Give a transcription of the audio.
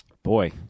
Boy